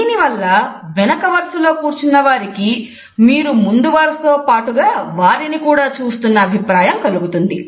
దీనివల్ల వెనుక వరుసలో కూర్చున్న వారికి మీరు ముందు వరుస వారితో పాటుగా వారిని కూడా చూస్తున్న అభిప్రాయం కలుగుతుంది